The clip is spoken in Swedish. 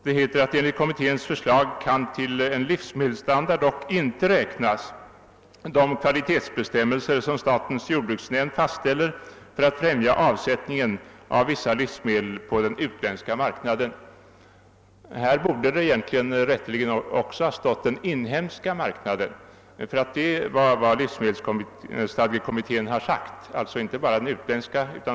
Det heter: »Enligt kommitténs förslag kan till en livsmedelsstandard dock inte räknas de kvalitetsbestämmelser som statens jordbruksnämnd fastställer för att främja avsättningen av vissa livsmedel på den utländska marknaden.« Här borde man rätteligen ha skrivit »den utländska och inhemska marknaden« — det är vad livsmedelsstadgekommittén har uttalat.